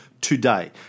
today